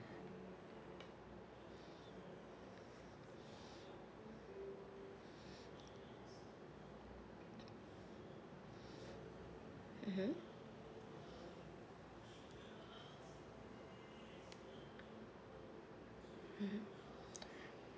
(uh huh) (uh huh)